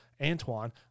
Antoine